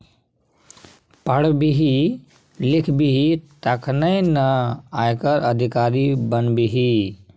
पढ़बिही लिखबिही तखने न आयकर अधिकारी बनबिही